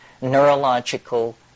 neurological